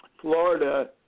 Florida